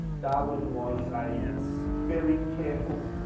darwin was a very careful,